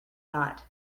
not